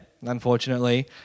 unfortunately